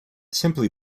simply